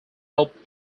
helped